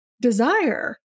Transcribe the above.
desire